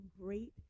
great